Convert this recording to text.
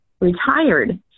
retired